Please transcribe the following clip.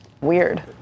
Weird